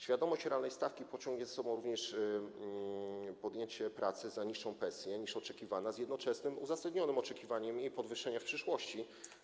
Świadomość realnej stawki pociągnie za sobą również podjęcie pracy za niższą pensję niż oczekiwana z jednoczesnym uzasadnionym oczekiwaniem jej podwyższenia w przyszłości.